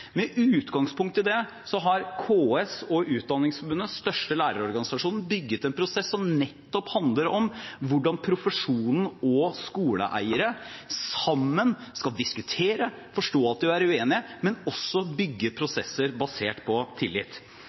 Med utgangspunkt i det har KS og Utdanningsforbundet, den største lærerorganisasjonen, bygd en prosess som nettopp handler om hvordan profesjonen og skoleeierne sammen skal diskutere, forstå at de er uenige, men også bygge prosesser basert på tillit.